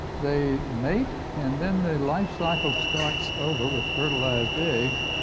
they make and then the life cycle starts over with fertilized eggs,